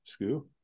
Scoo